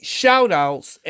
shout-outs